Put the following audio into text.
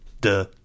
Duh